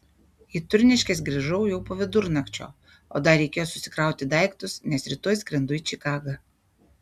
į turniškes grįžau jau po vidurnakčio o dar reikėjo susikrauti daiktus nes rytoj skrendu į čikagą